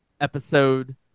Episode